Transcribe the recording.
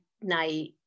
night